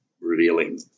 revealing